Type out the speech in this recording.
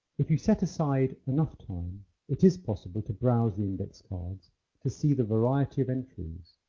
if you set aside enough time it is possible to browse the index cards to see the variety of entries.